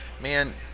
man